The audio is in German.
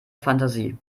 fantasie